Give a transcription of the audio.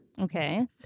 Okay